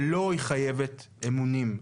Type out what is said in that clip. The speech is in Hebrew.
ולו היא חייבת אמונים.